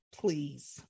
please